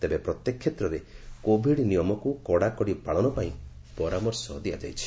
ତେବେ ପ୍ରତ୍ୟେକ କ୍ଷେତ୍ରରେ କୋଭିଡ୍ ନିୟମକୁ କଡ଼ାକଡ଼ି ପାଳନ ପାଇଁ ପରାମର୍ଶ ଦିଆଯାଇଛି